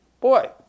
Boy